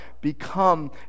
become